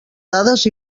dades